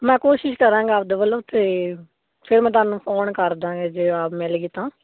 ਮੈਂ ਕੋਸ਼ਿਸ਼ ਕਰਾਂਗਾ ਆਪਦੇ ਵੱਲੋਂ ਤੇ ਫਿਰ ਮੈਂ ਤੁਹਾਨੂੰ ਫੋਨ ਕਰਦਾ ਜੇ ਆਪ ਮਿਲੇਗੀ ਤਾਂ